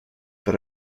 but